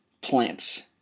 plants